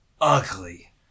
ugly